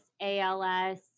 ALS